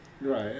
Right